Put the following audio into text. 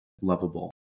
lovable